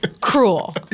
cruel